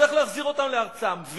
צריך להחזיר אותם לארצם.